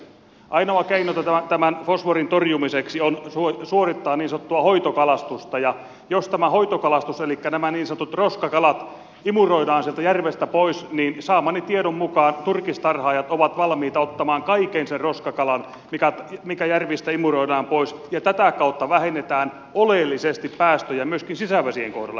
ainoa keino tämän fosforin torjumiseksi on suorittaa niin sanottua hoitokalastusta ja jos nämä niin sanotut roskakalat imuroidaan sieltä järvestä pois niin saamani tiedon mukaan turkistarhaajat ovat valmiita ottamaan kaiken sen roskakalan mikä järvistä imuroidaan pois ja tätä kautta vähennetään oleellisesti päästöjä myöskin sisävesien kohdalla